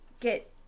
get